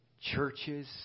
churches